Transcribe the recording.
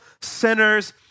sinners